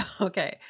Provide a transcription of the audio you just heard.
Okay